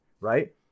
right